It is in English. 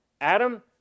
Adam